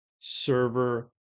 server